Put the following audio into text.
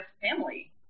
family